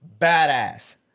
badass